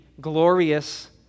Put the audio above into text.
glorious